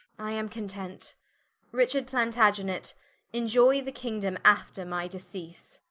i am content richard plantagenet enioy the kingdome after my decease